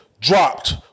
dropped